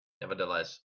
nevertheless